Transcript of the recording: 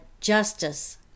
justice